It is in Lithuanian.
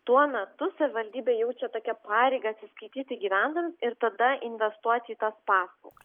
tuo metu savivaldybė jaučia tokią pareigą atsiskaityti gyvename ir tada investuoti į tas paslaugas